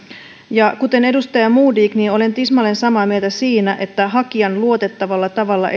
ja kuten edustaja modig olen tismalleen samaa mieltä siinä että kun hakija luotettavalla tavalla